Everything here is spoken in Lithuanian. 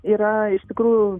yra iš tikrųjų